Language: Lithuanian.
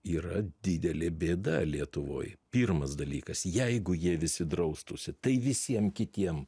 yra didelė bėda lietuvoj pirmas dalykas jeigu jie visi draustųsi tai visiem kitiem